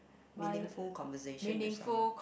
meaningful conversation with someone